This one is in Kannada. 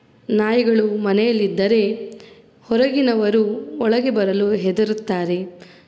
ನಾಯಿಗಳು ಮನೆಯಲ್ಲಿದ್ದರೆ ಹೊರಗಿನವರು ಒಳಗೆ ಬರಲು ಹೆದರುತ್ತಾರೆ